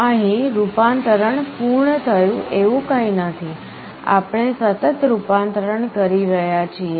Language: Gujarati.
તેથી અહીં રૂપાંતરણ પૂર્ણ થયું એવું કંઈ નથી આપણે સતત રૂપાંતરણ કરી રહ્યાં છીએ